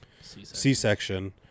C-section